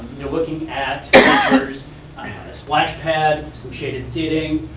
looking at bleachers splash pad, some shaded seating,